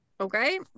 okay